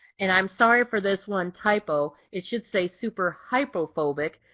and i'm sorry for this one typo. it should say superhypophobic.